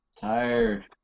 Tired